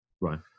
right